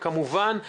כמובן,